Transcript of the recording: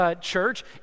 church